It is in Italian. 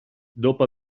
dopo